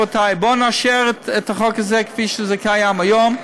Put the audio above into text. רבותיי: בואו נאשר את החוק הזה כפי שזה קיים היום,